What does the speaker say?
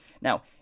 Now